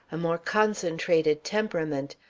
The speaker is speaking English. a more concentrated temperament,